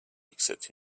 except